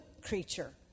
creature